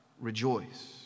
rejoice